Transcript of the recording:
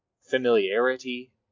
familiarity